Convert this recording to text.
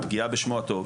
"פגיעה בשמו הטוב",